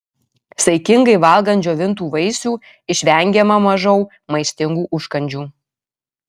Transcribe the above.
saikingai valgant džiovintų vaisių išvengiama mažau maistingų užkandžių